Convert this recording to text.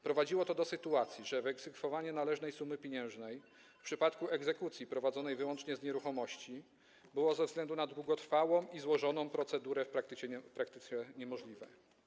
Prowadziło to do sytuacji, że wyegzekwowanie należnej sumy pieniężnej w przypadku egzekucji prowadzonej wyłącznie z nieruchomości było ze względu na długotrwałą i złożoną procedurę praktycznie niemożliwe.